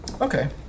Okay